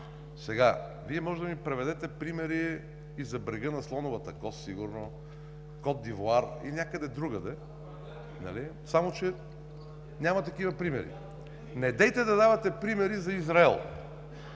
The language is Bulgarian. малко. Вие може да ми приведете примери и за Брега на слоновата кост сигурно – Кот д'Ивоар и някъде другаде, нали? Само че няма такива примери. Недейте да давате примери за Израел.